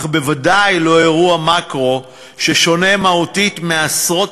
אך בוודאי לא אירוע מקרו ששונה מהותית מעשרות